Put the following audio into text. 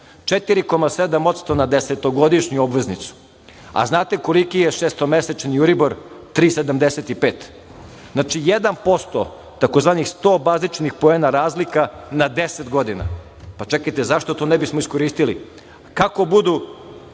4,7% na desetogodišnju obveznicu. Znate li koliki je šestomesečni euribor 3,75%. Znači, 1% tzv. sto bazičnih poena razlika na deset godina. Čekajte zašto to ne bismo iskoristili. Kako budu